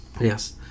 Yes